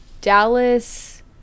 Dallas